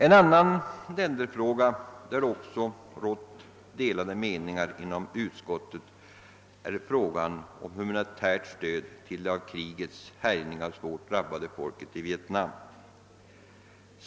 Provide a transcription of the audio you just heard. En annan länderfråga, där det också rått delade meningar inom utskottet, är frågan om humanitärt stöd till det av krigets härjningar svårt drabbade folket i Vietnam.